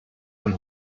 von